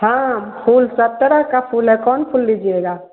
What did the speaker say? हाँ फूल सब तरह के फूल हैं कौन फूल लीजिएगा